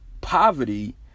Poverty